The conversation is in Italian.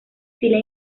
stile